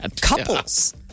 couples